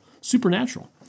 supernatural